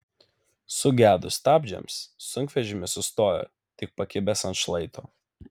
sugedus stabdžiams sunkvežimis sustojo tik pakibęs ant šlaito